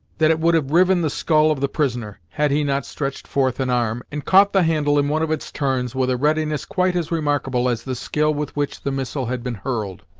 that it would have riven the scull of the prisoner, had he not stretched forth an arm, and caught the handle in one of its turns, with a readiness quite as remarkable as the skill with which the missile had been hurled.